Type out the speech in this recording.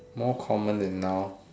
more common than now